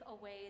away